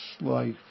life